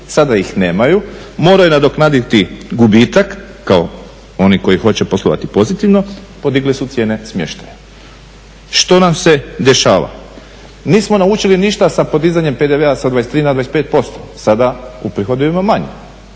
Sada ih nemaju, moraju nadoknaditi gubitak kao oni koji hoće poslovati pozitivno, podigli su cijene smještaja. Što nam se dešava? Nismo naučili ništa sa podizanjem PDV-a sa 23 na 25% sada uprihodujemo manje.